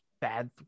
bad